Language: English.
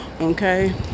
Okay